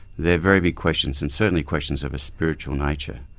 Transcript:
they're very big questions and certainly questions of a spiritual nature.